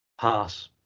Pass